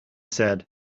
said